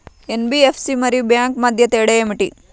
NBFC మరియు bank మధ్య తేడా ఏమిటీ?